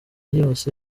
yose